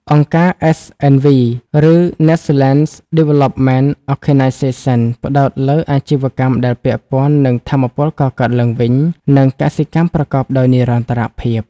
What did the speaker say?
អង្គការ SNV ឬ Netherlands Development Organisation ផ្ដោតលើអាជីវកម្មដែលពាក់ព័ន្ធនឹង "ថាមពលកកើតឡើងវិញ" និងកសិកម្មប្រកបដោយនិរន្តរភាព។